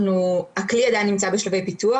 הכלי עדיין נמצא בשלבי פיתוח.